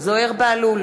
זוהיר בהלול,